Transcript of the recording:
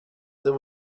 there